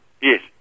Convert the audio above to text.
Yes